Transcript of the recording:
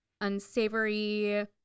unsavory